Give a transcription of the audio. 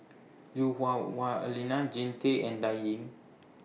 Lui Hah Wah Elena Jean Tay and Dan Ying